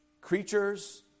creatures